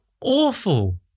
awful